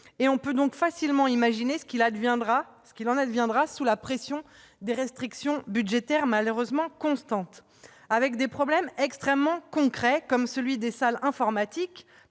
; on peut facilement imaginer ce qu'il en adviendra sous la pression de restrictions budgétaires malheureusement constantes ... Avec, à la clé, des problèmes extrêmement concrets, comme celui des salles informatiques